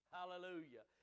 Hallelujah